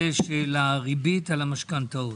הנושא של הריבית על המשכנתאות.